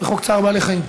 בחוק צער בעלי חיים.